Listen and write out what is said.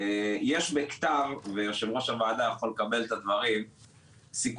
יש בכתב ויושב ראש הוועדה יכול לקבל את הדברים סיכום